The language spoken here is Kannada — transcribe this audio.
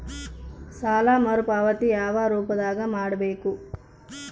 ಸಾಲ ಮರುಪಾವತಿ ಯಾವ ರೂಪದಾಗ ಮಾಡಬೇಕು?